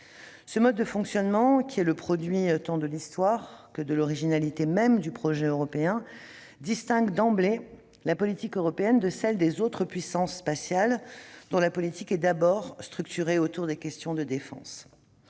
Ce mode de fonctionnement, qui est le produit tant de l'histoire que de l'originalité même du projet européen, distingue d'emblée la politique européenne de celles des autres puissances spatiales, dont la politique est d'abord structurée autour des questions de défense.